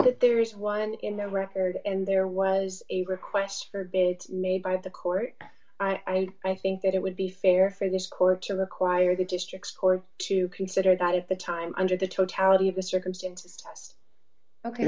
that there is one in the record and there was a request for bid made by the court i i think that it would be fair for this court to require the district court to consider that if the time under the totality of the circumstances